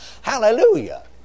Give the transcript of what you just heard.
Hallelujah